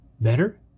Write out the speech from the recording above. Better